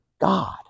God